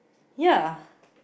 yeah